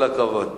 כל הכבוד.